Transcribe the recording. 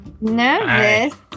Nervous